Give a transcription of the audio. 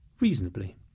reasonably